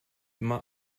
immer